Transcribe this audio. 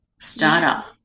startup